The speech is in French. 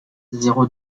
zéro